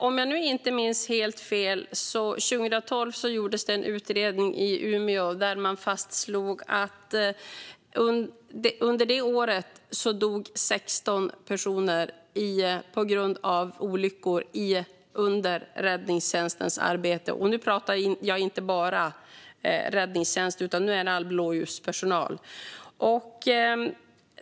Om jag inte minns fel gjordes det 2012 en utredning i Umeå där man fastslog att det under detta år dog 16 personer på grund av olyckor under räddningstjänstens arbete - och nu pratar jag inte bara om räddningstjänst utan om all blåljuspersonal.